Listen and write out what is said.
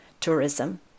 tourism